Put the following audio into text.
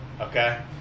Okay